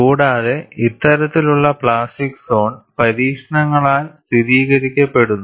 കൂടാതെ ഇത്തരത്തിലുള്ള plastic zone പരീക്ഷണങ്ങളാൽ സ്ഥിരീകരിക്കപ്പെടുന്നു